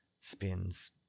spins